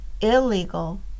illegal